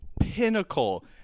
pinnacle